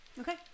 Okay